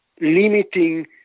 limiting